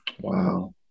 Wow